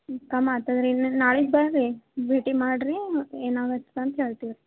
ರೀ ನಾಳೆಗೆ ಬನ್ರಿ ಭೇಟಿ ಮಾಡಿರಿ ಏನಾಗತ್ತೆ ಅಂತ ಹೇಳ್ತೀವಿ ರೀ